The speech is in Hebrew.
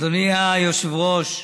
אדוני היושב-ראש,